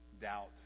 doubt